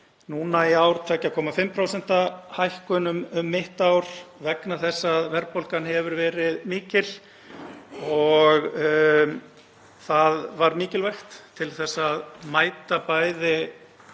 Núna í ár varð 2,5% hækkun um mitt ár vegna þess að verðbólgan hefur verið mikil. Það var mikilvægt til að mæta bæði